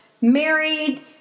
married